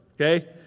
okay